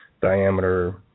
diameter